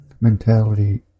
mentality